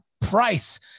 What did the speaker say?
price